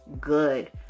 good